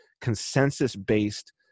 consensus-based